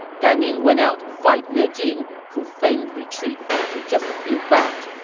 gan ning went out to fight yue jin, who feigned retreat after just a few bouts.